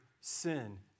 sin